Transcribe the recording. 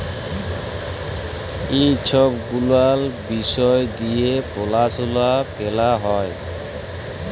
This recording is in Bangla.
ই ছব গুলাল বিষয় দিঁয়ে পরাশলা ক্যরা হ্যয়